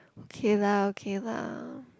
okay lah okay lah